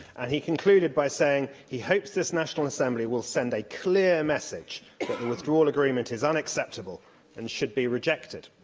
he concluded by saying he hopes this national assembly will send a clear message that the and withdrawal agreement is unacceptable and should be rejected.